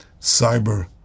cyber